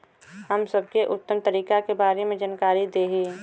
हम सबके उत्तम तरीका के बारे में जानकारी देही?